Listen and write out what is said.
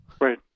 Right